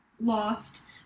lost